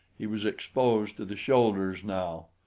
he was exposed to the shoulders now.